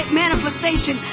manifestation